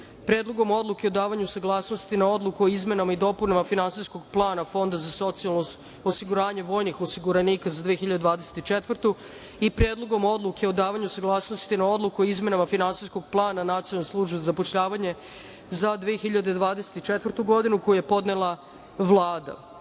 Predlogom odluke o davanju saglasnosti na Odluku o izmenama i dopunama Finansijskog plana Fonda za socijalno osiguranje vojnih osiguranika za 2024. godinu i Predlogom Odluke o davanju saglasnosti na Odluku o izmenama Finansijskog plana Nacionalne službe za zapošljavanje za 2024. godinu, koji je podnela Vlada;2.